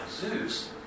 Zeus